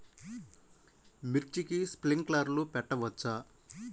మిర్చికి స్ప్రింక్లర్లు పెట్టవచ్చా?